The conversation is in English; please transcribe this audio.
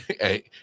hey